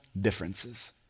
differences